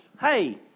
Hey